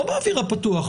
לא באוויר הפתוח.